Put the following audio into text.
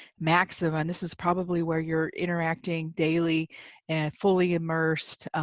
maximum and this is probably where you're interacting daily and fully immersed,